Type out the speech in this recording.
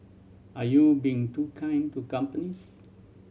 are you being too kind to companies